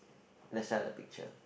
left side of the picture